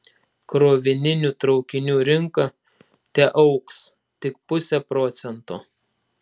krovininių traukinių rinka teaugs tik puse procento